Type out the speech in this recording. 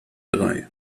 drei